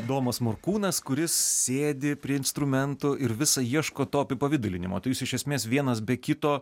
domas morkūnas kuris sėdi prie instrumento ir vis ieško to apipavidalinimo tai jūs iš esmės vienas be kito